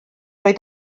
oedd